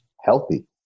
healthy